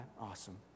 Awesome